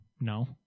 no